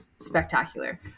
spectacular